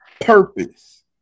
purpose